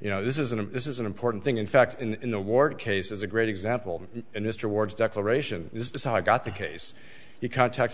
you know this isn't a this is an important thing in fact in the ward case is a great example and mr ward's declaration is this i got the case you contacted